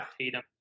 Tatum